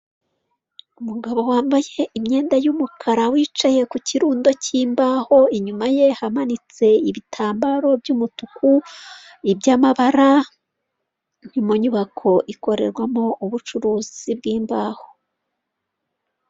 Umugabo wambaye imyenda y'umukara wicaye ku kirundo cy'imbaho, inyuma ye hamanitse ibitambaro by'umutuku ibyamabara ni mu nyubako ikorerwamo ubucuruzi bw'imbaho.